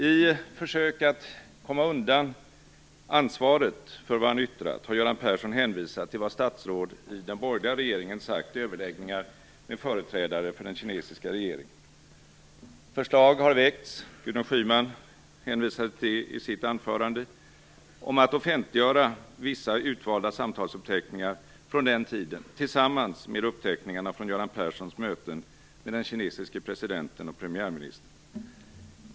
I försök att komma undan ansvaret för vad han yttrat har Göran Persson hänvisat till vad statsråd i den borgerliga regeringen sagt i överläggningar med företrädare för den kinesiska regeringen. Förslag har väckts - Gudrun Schyman hänvisade till det i sitt anförande - om att offentliggöra vissa utvalda samtalsuppteckningar från den tiden, tillsammans med uppteckningarna från Göran Perssons möten med den kinesiske presidenten och premiärministern.